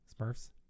Smurfs